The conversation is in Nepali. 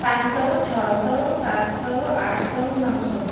पान सय छ सय सात सय आठ सय नौ सय